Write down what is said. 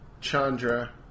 Chandra